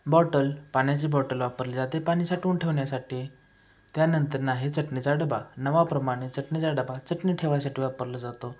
bottle पाण्याची bottle वापरली जाते पाणी साठवून ठेवण्यासाठी त्यानंतर नाही चटणीचा डबा नावाप्रमाणे चटणीचा डबा चटणी ठेवायसाठी वापरला जातो